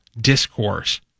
discourse